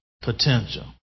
potential